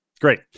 Great